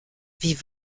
wie